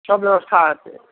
सब बेबस्था हेतै